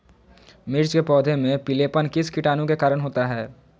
मिर्च के पौधे में पिलेपन किस कीटाणु के कारण होता है?